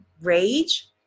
rage